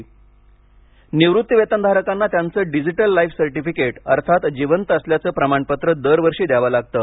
life certificate निवृत्तिवेतनधारकांना त्यांचं digital life certificate अर्थात जिवंत असल्याचं प्रमाणपत्र दरवर्षी द्यावं लागतं